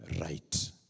right